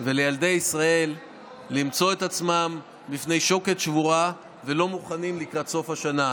ולילדי ישראל למצוא את עצמם בפני שוקת שבורה ולא מוכנים לקראת סוף השנה.